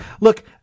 look